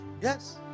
Yes